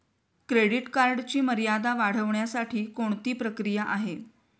Credit कार्डची मर्यादा वाढवण्यासाठी कोणती प्रक्रिया आहे?